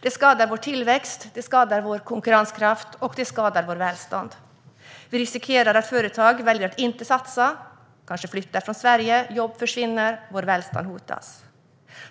Det skadar vår tillväxt, vår konkurrenskraft och vårt välstånd. Vi riskerar att företag väljer att inte satsa. De kanske flyttar från Sverige, och så förvinner jobb och vårt välstånd hotas.